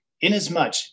inasmuch